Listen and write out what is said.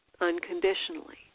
unconditionally